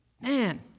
Man